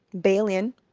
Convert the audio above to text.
Balian